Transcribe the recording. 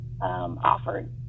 offered